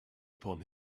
upon